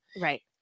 Right